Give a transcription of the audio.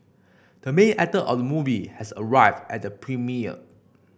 the main actor of the movie has arrived at the premiere